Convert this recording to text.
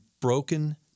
broken